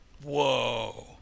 Whoa